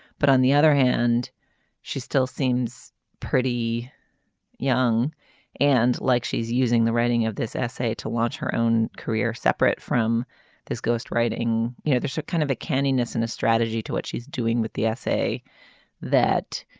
but on the other hand she still seems pretty young and like she's using the writing of this essay to watch her own career separate from this ghost writing. you know there's kind of a candidness and a strategy to what she's doing with the essay that